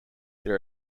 there